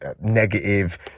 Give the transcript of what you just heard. negative